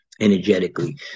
energetically